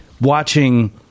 watching